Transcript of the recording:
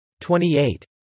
28